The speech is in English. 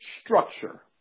structure